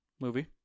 movie